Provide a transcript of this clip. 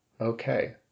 Okay